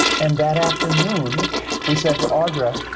and that afternoon we said to audra,